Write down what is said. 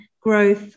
growth